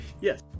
Yes